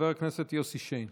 חבר הכנסת יוסי שיין.